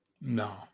No